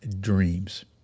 dreams